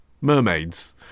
mermaids